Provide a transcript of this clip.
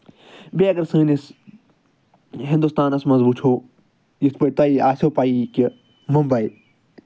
بیٚیہِ اَگر سٲنِس ہِندُستانس منٛز وٕچھو یِتھ پٲٹھۍ تۄہہِ آسیو پَیی کہِ مُمبے